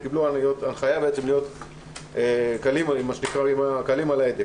הם קיבלו הנחיה להיות מה שנקרא "קלים על ההדק",